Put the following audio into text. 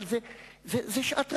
אבל זאת שעת רצון,